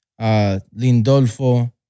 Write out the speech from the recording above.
Lindolfo